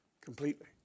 completely